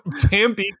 Tampico